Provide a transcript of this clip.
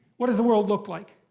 what does the world look like?